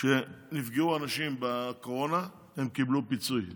כשנפגעו אנשים בקורונה, הם קיבלו פיצוי.